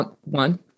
one